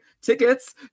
tickets